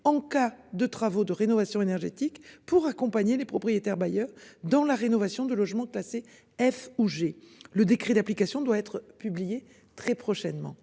en cas de travaux de rénovation énergétique pour accompagner les propriétaires bailleurs dans la rénovation de logements classés F ou G, le décret d'application doit être publié très prochainement